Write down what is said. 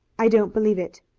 i don't believe it,